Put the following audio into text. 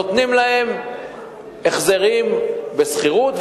נותנים להם החזרים על השכירות,